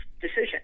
decision